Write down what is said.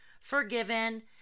forgiven